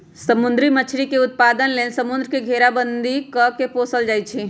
समुद्री मछरी के उत्पादन लेल समुंद्र के घेराबंदी कऽ के पोशल जाइ छइ